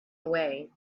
away